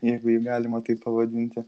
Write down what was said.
jeigu jį galima taip pavadinti